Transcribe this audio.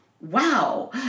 Wow